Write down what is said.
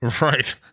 right